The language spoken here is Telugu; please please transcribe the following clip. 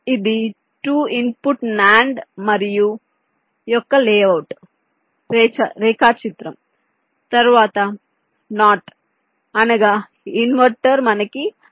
ఇది రెండు ఇన్పుట్ NAND యొక్క లేఅవుట్ రేఖాచిత్రం తరువాత NOT అనగా ఇన్వర్టర్ మనకి కనపడుతుంది